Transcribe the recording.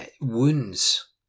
wounds